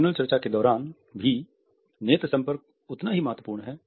panel चर्चा के दौरान भी नेत्र संपर्क उतना ही महत्वपूर्ण है